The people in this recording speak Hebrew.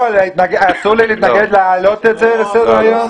אסור לי להתנגד להעלות את זה לסדר-היום?